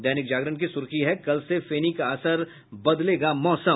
दैनिक जागरण की सुर्खी है कल से फेनी का असर बदलेगा मौसम